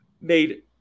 Made